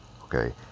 Okay